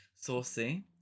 Saucy